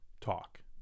talk